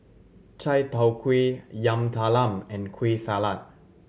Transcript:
Chai Tow Kway Yam Talam and Kueh Salat